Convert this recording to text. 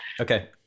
Okay